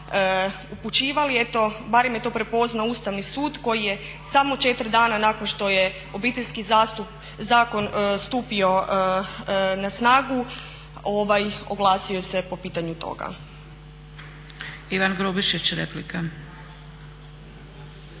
upućivali. Eto barem je to prepoznao Ustavni sud koji je samo 4 dana nakon što je Obiteljski zakon stupio na snagu oglasio se po pitanju toga. **Zgrebec, Dragica